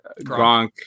Gronk